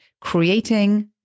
creating